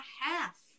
half